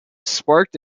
sparked